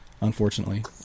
unfortunately